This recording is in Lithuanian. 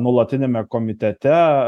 nuolatiniame komitete